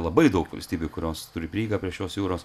labai daug valstybių kurios turi prieigą prie šios jūros